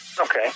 Okay